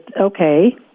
okay